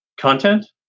Content